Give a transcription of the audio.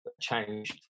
changed